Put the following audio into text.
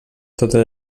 totes